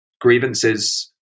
grievances